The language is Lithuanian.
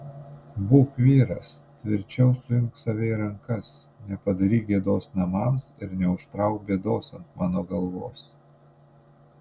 būk vyras tvirčiau suimk save į rankas nepadaryk gėdos namams ir neužtrauk bėdos ant mano galvos